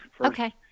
Okay